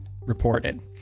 reported